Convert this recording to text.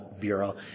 Bureau